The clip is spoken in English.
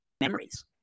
memories